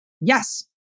Yes